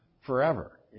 forever